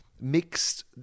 Mixed